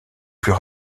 plus